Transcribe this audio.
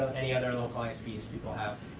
any other local isps people have.